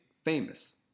famous